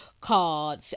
called